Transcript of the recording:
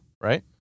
right